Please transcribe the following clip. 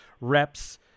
reps